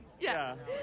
Yes